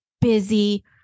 busy